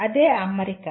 అదే అమరిక